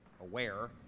aware